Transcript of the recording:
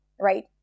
right